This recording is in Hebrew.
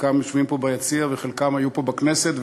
חלקם יושבים פה ביציע וחלקם היו פה בכנסת,